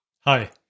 Hi